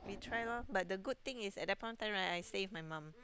we try lor but the good thing is at the point of time right I save my mum